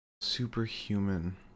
superhuman